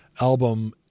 album